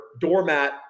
doormat